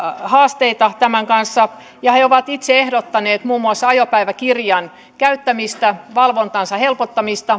haasteita tämän kanssa ja he ovat itse ehdottaneet muun muassa ajopäiväkirjan käyttämistä valvontansa helpottamista